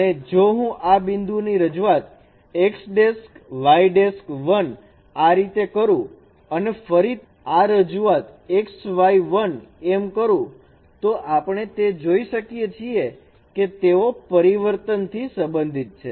અને જો હું આ બિંદુ ની રજૂઆત આ રીતે કરું અને ફરી આ રજૂઆત એમ કરુંતો આપણે તે જોઈ શકીએ છીએ કે તેઓ પરિવર્તનથી સંબંધિત છે